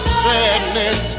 sadness